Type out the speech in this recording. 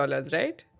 right